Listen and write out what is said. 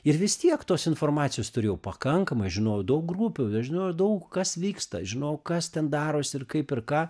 ir vis tiek tos informacijos turėjau pakankamai žinojau daug grupių aš žinojau daug kas vyksta žinojau kas ten daros ir kaip ir ką